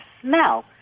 smell